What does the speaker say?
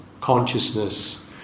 consciousness